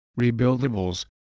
rebuildables